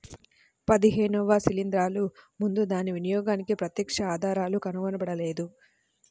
పదిహేనవ శిలీంద్రాలు ముందు దాని వినియోగానికి ప్రత్యక్ష ఆధారాలు కనుగొనబడలేదు